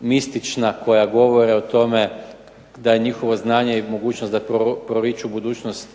mistična koja govore o tome da je njihovo znanje i mogućnost da proriču budućnost,